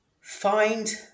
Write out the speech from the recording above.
find